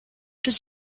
does